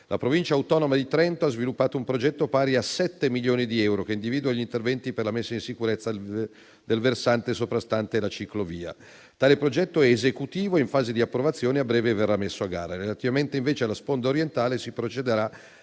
la Provincia autonoma di Trento ha sviluppato un progetto pari a 7 milioni di euro, che individua gli interventi per la messa in sicurezza del versante soprastante la ciclovia. Tale progetto è esecutivo e in fase di approvazione e a breve verrà messo a gara. Relativamente invece alla sponda orientale, si procederà